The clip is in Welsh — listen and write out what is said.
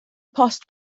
post